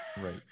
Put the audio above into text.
Right